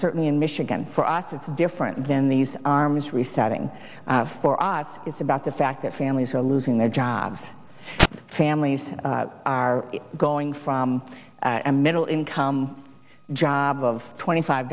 certainly in michigan for us it's different than these arms resetting for i've is about the fact that families are losing their jobs families are going from a middle income job of twenty five